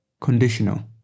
Conditional